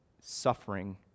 suffering